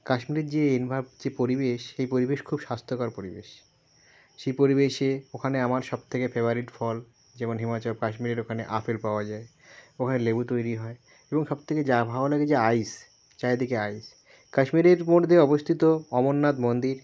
কাশ্মীরের যে এনভা যে পরিবেশ সেই পরিবেশ খুব স্বাস্থ্যকর পরিবেশ সেই পরিবেশে ওখানে আমার সব থেকে ফেভারিট ফল যেমন হিমাচল কাশ্মীরের ওখানে আপেল পাওয়া যায় ওখানে লেবু তৈরি হয় এবং সব থেকে যা ভালো লাগে যে আইস চারিদিকে আইস কাশ্মীরের মধ্যে অবস্থিত অমরনাথ মন্দির